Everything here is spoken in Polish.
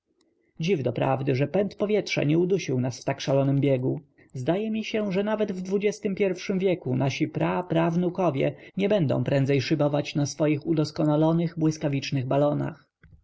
doprawdy że pęd powietrza nie udusił nas w tak szalonym biegu zdaje mi się że nawet w xxim wieku nasi praprawnukowie nie będą prędzej szybować na swoich udoskonalonych błyskawicznych balonach